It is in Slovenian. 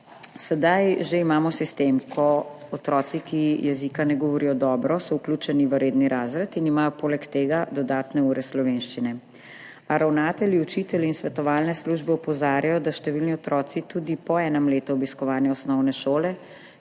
Sedaj že imamo sistem, ko so otroci, ki jezika ne govorijo dobro, vključeni v redni razred in imajo poleg tega dodatne ure slovenščine, a ravnatelji, učitelji in svetovalne službe opozarjajo, da številni otroci tudi po enem letu obiskovanja osnovne šole